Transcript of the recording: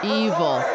evil